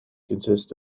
consist